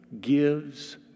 gives